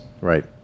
Right